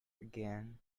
again